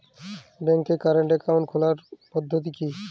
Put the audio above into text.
ব্যাংকে current account খোলার পদ্ধতি কি?